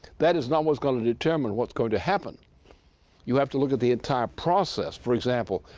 that is not what's going to determine what's going to happen you have to look at the entire process. for example,